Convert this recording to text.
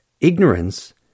ignorance